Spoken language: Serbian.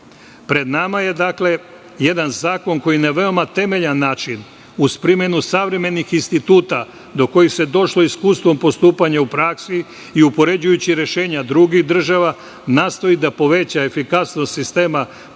nama je, dakle, jedan zakon koji na veoma temeljan način, uz primenu savremenih instituta do kojih došlo iskustvom postupanja u praksi i upoređujući rešenja drugih država, nastoji da poveća efikasnost sistema prekršajnog